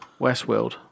Westworld